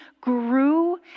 grew